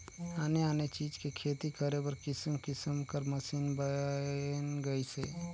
आने आने चीज के खेती करे बर किसम किसम कर मसीन बयन गइसे